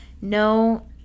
No